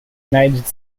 united